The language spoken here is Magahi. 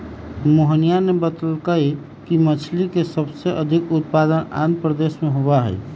मोहिनी ने बतल कई कि मछ्ली के सबसे अधिक उत्पादन आंध्रप्रदेश में होबा हई